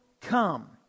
come